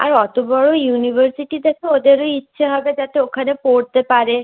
আর অতো বড়ো ইউনিভার্সিটি দেখে ওদেরও ইচ্ছে হবে যাতে ওখানে পড়তে পারে